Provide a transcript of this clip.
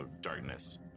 darkness